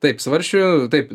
taip svarsčių taip